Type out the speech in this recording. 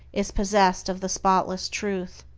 is possessed of the spotless truth.